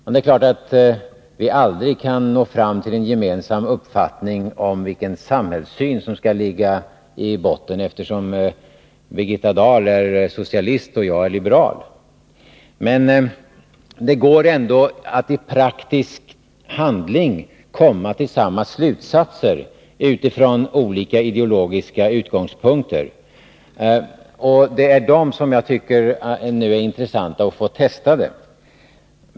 Vi kan naturligtvis aldrig nå fram till en gemensam uppfattning om vilken samhällssyn som skall ligga i botten, eftersom Birgitta Dahl är socialist och jag är liberal. Men det går ändå att i praktisk handling komma till samma slutsatser utifrån olika ideologiska utgångspunkter, och det är dem som jag tycker det är intressant att nu få testade.